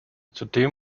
zudem